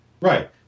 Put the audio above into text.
right